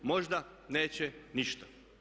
Možda neće ništa.